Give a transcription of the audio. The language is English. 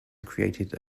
created